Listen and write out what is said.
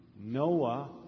Noah